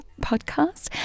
podcast